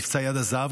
מבצע יד הזהב,